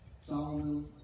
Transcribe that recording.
Solomon